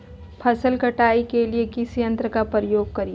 फसल कटाई के लिए किस यंत्र का प्रयोग करिये?